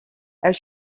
elle